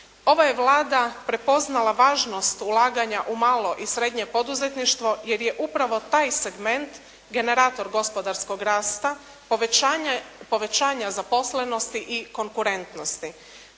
Ova je Vlada prepoznala važnost ulaganja u malo i srednje poduzetništvo jer je upravo taj segment generator gospodarskog rasta, povećanja zaposlenosti i konkurentnosti.